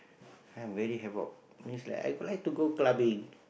I'm very havoc means like I like to go clubbing